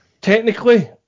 technically